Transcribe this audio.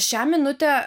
šią minutę